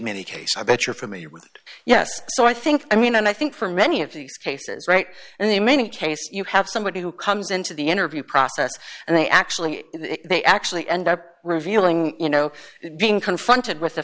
many cases i bet you're familiar with yes so i think i mean and i think for many of these cases right and the many cases you have somebody who comes into the interview process and they actually they actually end up revealing you know being confronted with